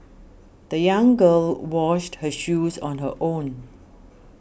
the young girl washed her shoes on her own